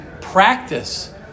practice